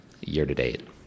year-to-date